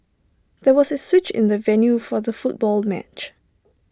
there was A switch in the venue for the football match